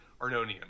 Arnonian